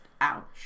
ouch